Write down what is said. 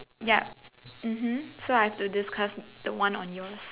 yup mmhmm so I have to discuss the one on yours